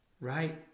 Right